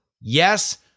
yes